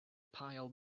pile